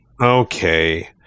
okay